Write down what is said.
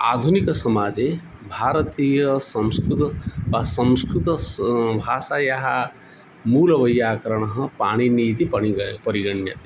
आधुनिकसमाजे भारतीयसंस्कृतं वा संस्कृतस्य भाषायाः मूलवैय्याकरणः पाणिनिः इति पाणिनिः परिगण्यते